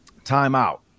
timeout